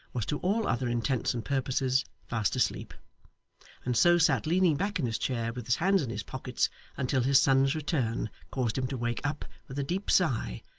was to all other intents and purposes fast asleep and so sat leaning back in his chair with his hands in his pockets until his son's return caused him to wake up with a deep sigh,